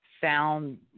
found